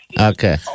Okay